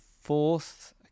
fourth